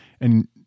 and-